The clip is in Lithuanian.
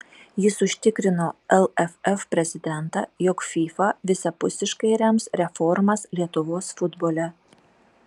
jis užtikrino lff prezidentą jog fifa visapusiškai rems reformas lietuvos futbole